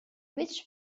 which